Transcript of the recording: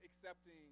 accepting